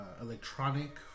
electronic